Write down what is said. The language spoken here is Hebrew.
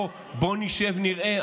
בוא נשב ונראה.